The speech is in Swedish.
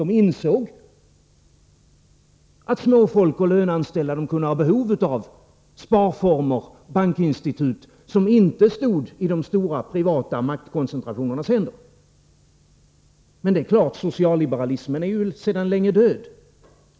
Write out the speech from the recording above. De insåg att småfolk och löneanställda kunde ha behov av sparformer och bankinstitut, som inte var i de stora privata maktkoncentrationernas händer. Men, det är klart, socialliberalismen är sedan länge död.